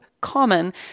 common